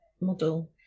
model